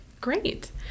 Great